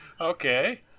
okay